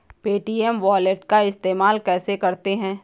Paytm wallet का इस्तेमाल कैसे करते हैं?